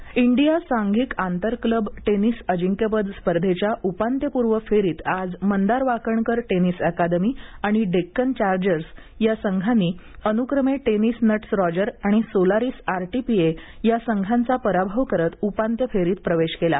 tennis India सांघिक आंतर club tennis अजिंक्यपद स्पर्धेच्या उपात्यपूर्व फेरीत आज मंदार वाकणकर टेनिस अकादमी आणि डेक्कन चार्जर्स या संघानी अनुक्रमे टेनिस नट्स रॉजर आणि सोलारिस आरपीटीए या संघांचा पराभव करत उपांत्य फेरीत प्रवेश केला